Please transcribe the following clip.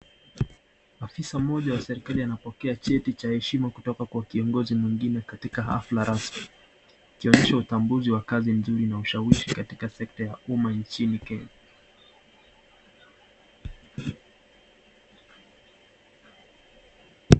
Afisa mmoja wa serikali anapokea cheti cha heshima kutoka kwa kwa kiongozi mwingine katika hafla rasmi Ikionyesha utambuzi wa kazi nzuri na ushawishi katika sekta ya uma nchini Kenya.